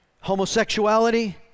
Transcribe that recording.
homosexuality